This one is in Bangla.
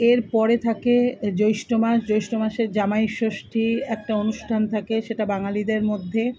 এরপরে থাকে জ্যৈষ্ঠ মাস জ্যৈষ্ঠ মাসে জামাই ষষ্ঠী একটা অনুষ্ঠান থাকে সেটা বাঙালিদের মধ্যে